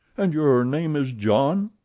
and your name is john?